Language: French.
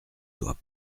doit